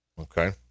Okay